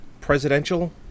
presidential